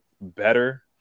better